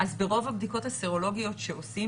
אז ברוב הבדיקות הסרולוגיות שעושים,